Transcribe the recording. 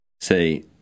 Say